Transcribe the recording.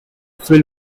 phil